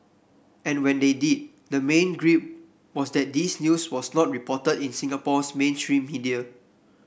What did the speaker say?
and when they did the main gripe was that this news was not reported in Singapore's mainstream media